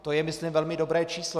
To je myslím velmi dobré číslo.